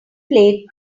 plate